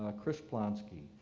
ah chris plonsky,